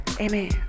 Amen